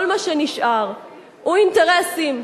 כל מה שנשאר הוא אינטרסים,